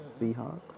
Seahawks